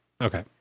okay